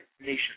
nation